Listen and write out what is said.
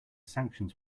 sanctions